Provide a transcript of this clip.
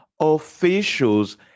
Officials